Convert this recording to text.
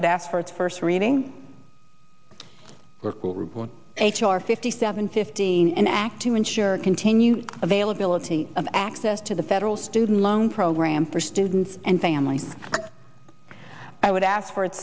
would ask for its first reading h r fifty seven fifteen an act to ensure continued availability of access to the federal student loan program for students and families i would ask for